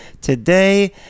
today